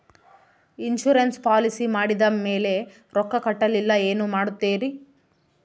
Insurance policy ಮಾಡಿದ ಮೇಲೆ ರೊಕ್ಕ ಕಟ್ಟಲಿಲ್ಲ ಏನು ಮಾಡುತ್ತೇರಿ?